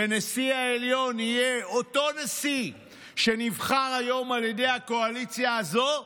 ונשיא העליון יהיה אותו נשיא שנבחר היום על ידי הקואליציה הזו,